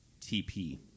TP